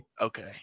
Okay